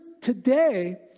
today